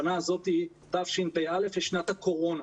הנה הזאת, תשפ"א, היא שנת הקורונה.